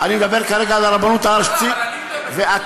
אני מדבר כרגע על הרבנות הארצית, לא, לא.